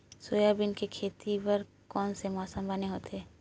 Soybean के खेती बर कोन से मौसम बने होथे?